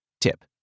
Tip